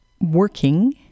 working